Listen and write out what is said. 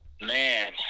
Man